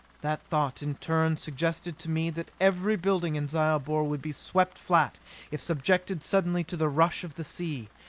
that thought, in turn, suggested to me that every building in zyobor would be swept flat if subjected suddenly to the rush of the sea.